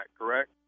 correct